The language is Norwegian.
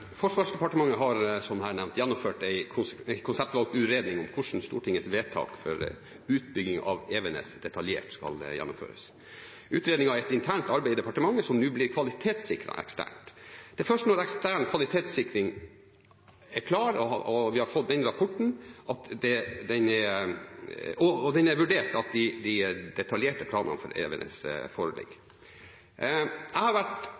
Forsvarsdepartementet har, som her nevnt, gjennomført en konseptvalgutredning om hvordan Stortingets vedtak om utbygging av Evenes detaljert skal gjennomføres. Utredningen er et internt arbeid i departementet, som nå blir kvalitetssikret eksternt. Det er først når den eksterne kvalitetssikringen er klar og vi har fått og vurdert rapporten, at de detaljerte kravene for Evenes foreligger. Jeg har vært klar på at jeg ønsker størst mulig åpenhet i denne prosessen. Samtidig er jeg